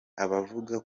abavuga